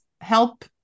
help